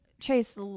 Chase